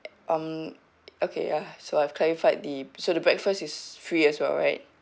um okay uh so I have clarified the so the breakfast is free as well right